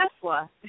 Tesla